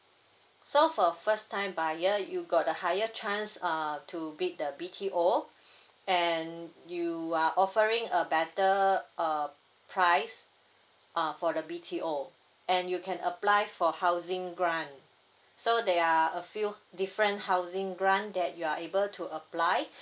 so for first time buyer you got the higher chance uh to bid the B_T_O and you are offering a better uh prize uh for the B_T_O and you can apply for housing grant so there are a few different housing grant that you are able to apply